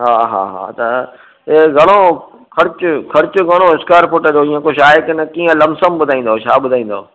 हा हा हा त इअं घणो ख़र्चु ख़र्चु घणो स्कवेर फुट जो इअं कुझु आहे कीन कीअं लंपसम ॿुधाईंदुव छा ॿुधाईंदुव